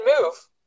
move